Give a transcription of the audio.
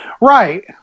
Right